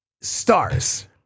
stars